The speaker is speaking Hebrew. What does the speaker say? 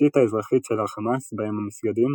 התשתית האזרחית של החמאס בהם המסגדים,